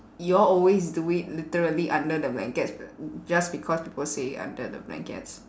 you all always do it literally under the blankets just because people say under the blankets